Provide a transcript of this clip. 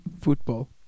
Football